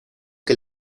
que